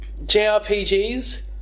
jrpgs